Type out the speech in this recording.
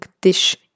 dish